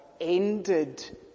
ended